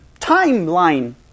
timeline